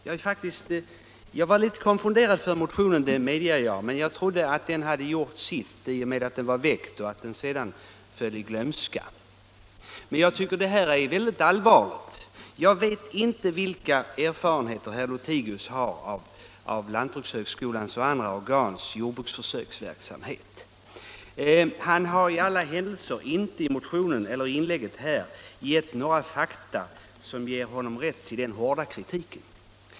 Jag var alltså litet konfunderad över motionen — det medger jag — men jag trodde att den hade gjort sitt i och med att den var väckt och att den sedan skulle falla i glömska. Men jag tycker det är väldigt allvarligt med den här kritiken. Jag vet inte vilka erfarenheter herr Lothigius har av lantbrukshögskolans och andra organs jordbruksförsöksverksamhet. Herr Lothigius har i alla händelser inte i motionen eller i inlägget här anfört några fakta som ger honom rätt att framföra denna hårda kritik.